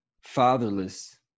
fatherless